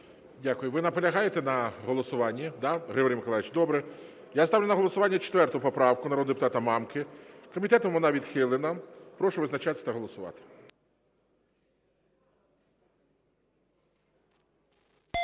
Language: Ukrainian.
Дякую. Ви наполягаєте на голосуванні, да, Григорій Миколайович? Добре. Я ставлю на голосування 4 поправку народного депутата Мамки. Комітетом вона відхилена. Прошу визначатися та голосувати